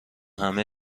همه